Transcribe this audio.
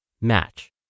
match